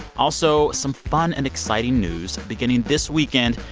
also, some fun and exciting news beginning this weekend,